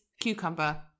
cucumber